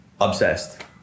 obsessed